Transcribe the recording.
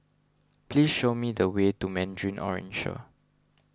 please show me the way to Mandarin Oriental